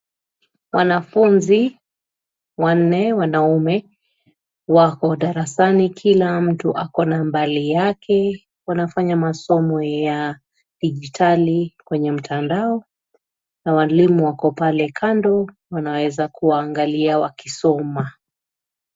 Wanafunzi wanne, wanaume wako darasani, kila mtu ako na mbali yake. Wanafanya masomo ya kidijitali kwenye mtandao na walimu wako pale kando, wanaweza kuwaangalia wakisoma.